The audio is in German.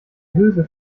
hülse